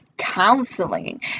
counseling